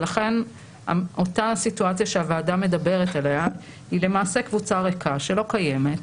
ולכן אותה סיטואציה שהוועדה מדברת עליה היא למעשה קבוצה ריקה שלא קיימת.